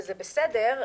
וזה בסדר.